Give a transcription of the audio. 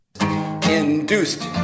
induced